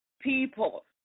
people